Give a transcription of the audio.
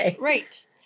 Right